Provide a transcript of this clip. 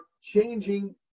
changing